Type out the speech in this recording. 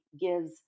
gives